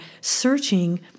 searching